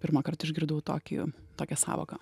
pirmąkart išgirdau tokį tokią sąvoką